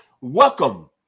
Welcome